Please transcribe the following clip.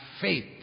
faith